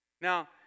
Now